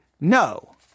no